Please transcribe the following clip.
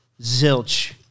Zilch